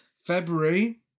February